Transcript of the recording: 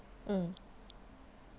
mm